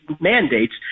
mandates